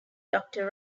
doctor